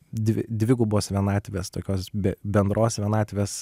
dvi dvigubos vienatvės tokios be bendros vienatvės